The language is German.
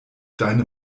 deine